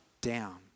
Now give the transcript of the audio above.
down